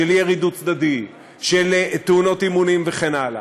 של ירי דו-צדדי, של תאונות אימונים וכן הלאה